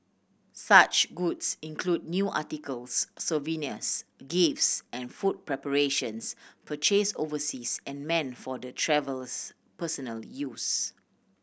such goods include new articles souvenirs gifts and food preparations purchase overseas and meant for the travels personal use